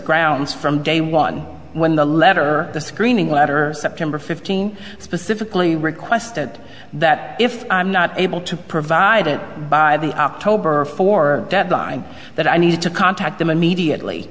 grounds from day one when the letter the screening letter september fifteenth specifically requested that if i'm not able to provide it by the op tobar for deadline that i need to contact them immediately